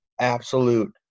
absolute